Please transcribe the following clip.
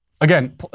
again